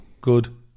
Good